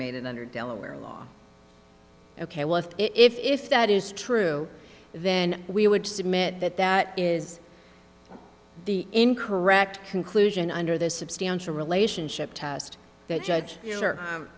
made it under delaware law ok well if if that is true then we would submit that that is the in correct conclusion under the substantial relationship test that judge